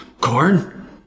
Corn